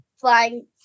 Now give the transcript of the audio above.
flying